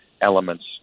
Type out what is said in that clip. elements